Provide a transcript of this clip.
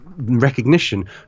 recognition